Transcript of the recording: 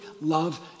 love